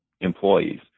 employees